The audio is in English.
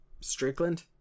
strickland